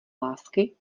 lásky